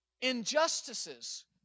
Injustices